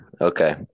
Okay